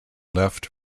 left